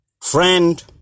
friend